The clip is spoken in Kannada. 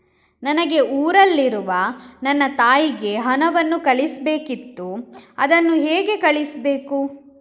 ನನಗೆ ಊರಲ್ಲಿರುವ ನನ್ನ ತಾಯಿಗೆ ಹಣವನ್ನು ಕಳಿಸ್ಬೇಕಿತ್ತು, ಅದನ್ನು ಹೇಗೆ ಕಳಿಸ್ಬೇಕು?